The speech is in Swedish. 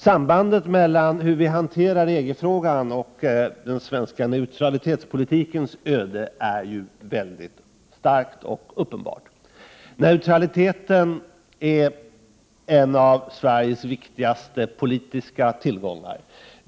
Sambandet mellan hur vi hanterar EG-frågan och den svenska neutralitetspolitikens öde är väldigt starkt och uppenbart. Neutraliteten är en av Sveriges viktigaste politiska tillgångar.